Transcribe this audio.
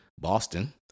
Boston